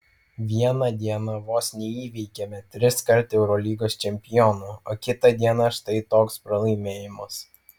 vieną dieną vos neįveikėme triskart eurolygos čempionų o kitą dieną štai toks pralaimėjimas